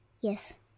Yes